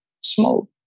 smoke